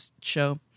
show